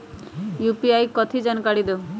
UPI कथी है? जानकारी दहु